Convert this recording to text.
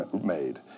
made